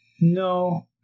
No